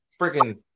freaking